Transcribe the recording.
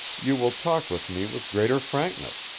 you will talk with me with greater frankness,